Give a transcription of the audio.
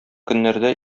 көннәрдә